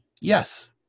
Yes